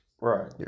right